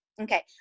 Okay